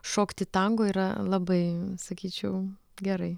šokti tango yra labai sakyčiau gerai